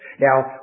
Now